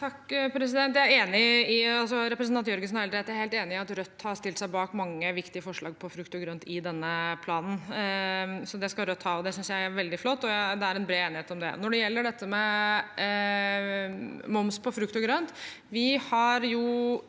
helt rett i, og jeg er helt enig i, at Rødt har stilt seg bak mange viktige forslag om frukt og grønt i denne planen, så det skal Rødt ha. Det synes jeg er veldig flott, og det er en bred enighet om det. Når det gjelder moms på frukt og grønt,